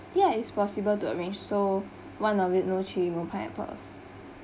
ya it's possible to arrange so one of it no chilli no peppers